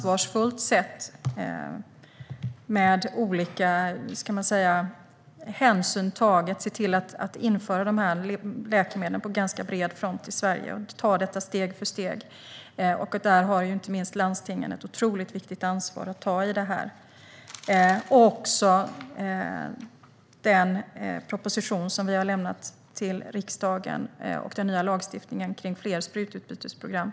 Vi kan nu se till att på ett ansvarsfullt sätt införa dessa läkemedel på bred front i Sverige och ta detta steg för steg. Där har inte minst landstingen ett otroligt viktigt ansvar. Vi har också lagt fram en proposition till riksdagen om ändrad lagstiftning och fler sprututbytesprogram.